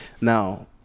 Now